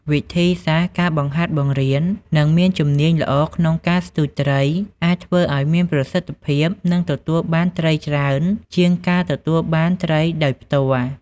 វិធីសាស្រ្ត ការបង្ហាត់បង្រៀន និងមានជំនាញល្អក្នុងការស្ទូចត្រីអាចធ្វើឲ្យមានប្រសិទ្ធភាព និងទទួលបានត្រីច្រើនជាងការទទួលត្រីដោយផ្ទាល់។